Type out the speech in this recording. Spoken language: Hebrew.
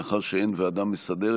מאחר שעדיין אין ועדה מסדרת,